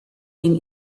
den